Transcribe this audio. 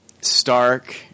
stark